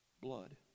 blood